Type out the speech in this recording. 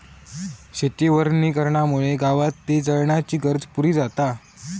शेती वनीकरणामुळे गावातली जळणाची गरज पुरी जाता